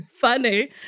funny